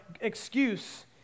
excuse